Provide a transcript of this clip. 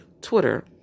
twitter